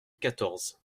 quatorze